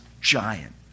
giant